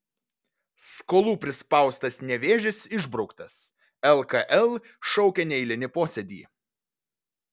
skolų prispaustas nevėžis išbrauktas lkl šaukia neeilinį posėdį